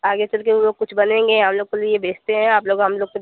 आगे चलके वो कुछ बनेंगे हम लोग के लिए भेजते हैं आप लोग हम लोग को